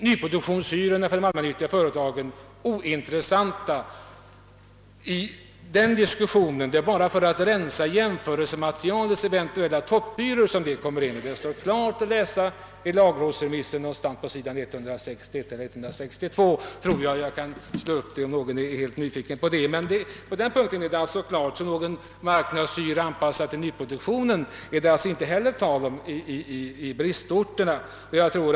Nyproduktionshyrorna för de allmännyttiga bostadsföretagen är alltså ointressanta i detta sammanhang. Avsikten är bara att rensa ut topphyror som kommit in i jämförelsematerialet. Detta står klart utsagt i lagrådsremissen, jag vill minnas på sidan 164, Det är alltså klart att det inte gäller en marknadshyra anpassad till nyproduktionen på bristorterna.